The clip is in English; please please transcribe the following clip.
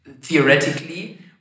theoretically